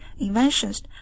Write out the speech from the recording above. inventions